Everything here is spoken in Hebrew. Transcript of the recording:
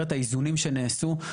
אנחנו בסעיף קטן (ד),